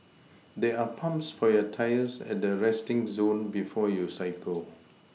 there are pumps for your tyres at the resting zone before you cycle